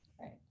right